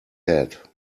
head